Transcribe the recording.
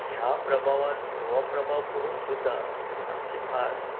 ह्या प्रभावान हो प्रभाव पडून सुद्दां आमची भास